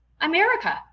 America